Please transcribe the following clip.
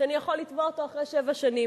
שאני יכול לתבוע אותו אחרי שבע שנים.